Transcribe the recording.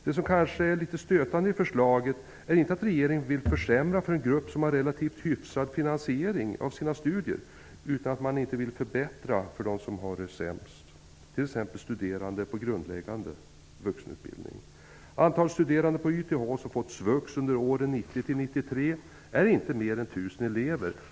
Det som kanske är litet stötande i förslaget är inte att regeringen vill försämra för en grupp som har relativt hyfsad finansiering av sina studier, utan att man inte vill förbättra för dem som har det sämst, t.ex. studerande på grundläggande vuxenutbildning. Antalet studerande på YTH som fått SVUX under åren 1990--1993 är inte mer än 1 000 elever.